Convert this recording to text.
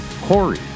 Corey